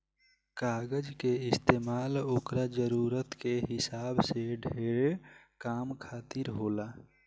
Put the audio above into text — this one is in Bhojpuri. कागज के इस्तमाल ओकरा जरूरत के हिसाब से ढेरे काम खातिर होला